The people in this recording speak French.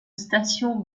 station